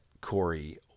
Corey